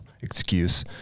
excuse